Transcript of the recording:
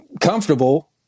comfortable